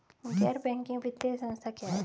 गैर बैंकिंग वित्तीय संस्था क्या है?